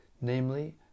namely